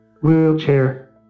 wheelchair